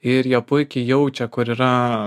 ir jie puikiai jaučia kur yra